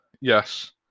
yes